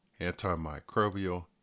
antimicrobial